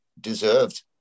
deserved